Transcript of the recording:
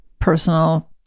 personal